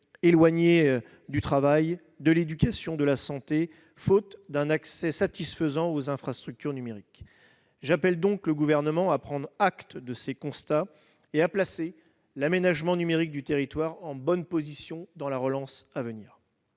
éloignés du travail, de l'éducation, de la santé, faute d'un accès satisfaisant aux infrastructures numériques. J'appelle donc le Gouvernement à prendre acte de ces constats et à placer l'aménagement numérique du territoire en bonne position dans les priorités